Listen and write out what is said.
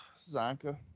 Zanka